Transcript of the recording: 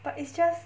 but it's just